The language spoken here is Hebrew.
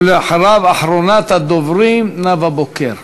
ואחריו, אחרונת הדוברים, נאוה בוקר.